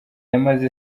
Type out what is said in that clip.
yamaze